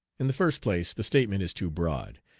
in the first place the statement is too broad,